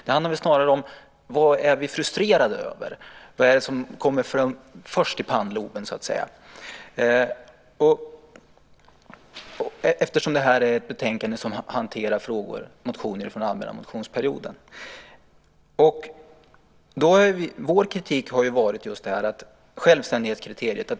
Det handlar snarare om vad vi är frustrerade över och vad det är som kommer fram först i pannloben, eftersom detta är ett betänkande där motioner från den allmänna motionsperioden hanteras. Vår kritik har gällt självständighetskriteriet.